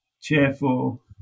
cheerful